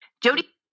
Jody